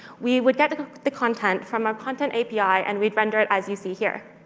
we would get the content from our content api and we'd render it as you see here.